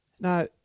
Now